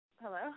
Hello